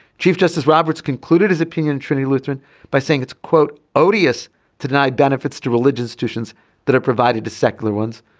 chief justice roberts concluded his opinion trinity lutheran by saying it's quote odious to deny benefits to religious petitions that are provided to secular ones.